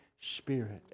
Spirit